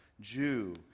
Jew